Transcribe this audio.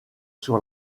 sur